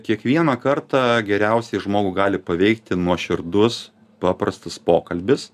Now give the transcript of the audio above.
kiekvieną kartą geriausiai žmogų gali paveikti nuoširdus paprastas pokalbis